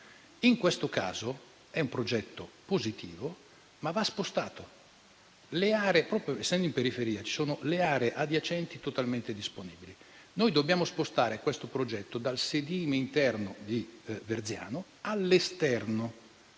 In questo caso si tratta di un progetto positivo che va però spostato. Essendo in periferia, le aree adiacenti sono totalmente disponibili. Noi dobbiamo spostare questo progetto dal sedime interno di Verziano all'esterno.